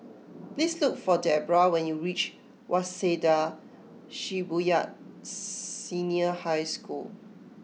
please look for Deborrah when you reach Waseda Shibuya Senior High School